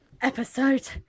episode